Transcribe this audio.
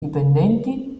dipendenti